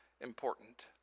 important